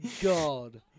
God